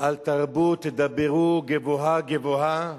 אנחנו אומרים: "אל תרבו תדברו גבוהה גבוהה,